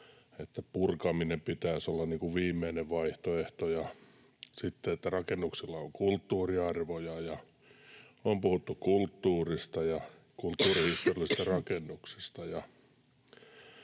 että purkamisen pitäisi olla viimeinen vaihtoehto, ja sitten siitä, että rakennuksilla on kulttuuriarvoja. On puhuttu kulttuurista ja kulttuurihistoriallisista rakennuksista.